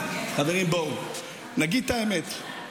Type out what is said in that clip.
חברים, בואו נגיד את האמת,